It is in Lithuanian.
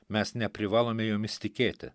mes neprivalome jomis tikėti